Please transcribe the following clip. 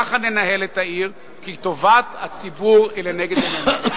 כך ננהל את העיר, כי טובת הציבור היא לנגד עינינו.